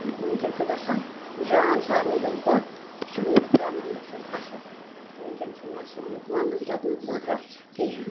وُنکؠن چھُ گژھان جان سارنٕے ہٕنٛدۍ کھۄتہٕ چھُ رَنُن گژھان اَصٕل تہٕ وٕنکیٚن چھُنہٕ یہِ ہسا یہِ وَننُک دَپنُک ضروٗرت کِہیٖنۍ